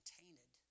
tainted